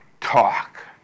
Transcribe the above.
talk